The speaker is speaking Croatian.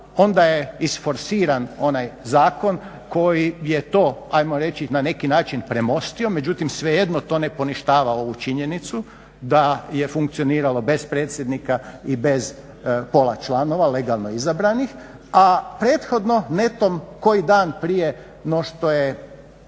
onda je isforsiran onaj zakon koji je to, ajmo reći na neki način premostio, međutim svejedno to ne poništava ovu činjenicu da je funkcioniralo bez predsjednika i bez pola članova legalno izabranih, a prethodno netom koji dan prije nego što je